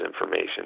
information